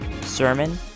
Sermon